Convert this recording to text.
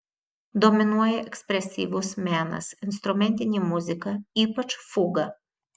dominuoja ekspresyvus menas instrumentinė muzika ypač fuga